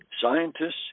scientists